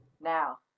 Now